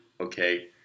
okay